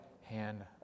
hand